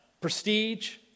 prestige